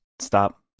stop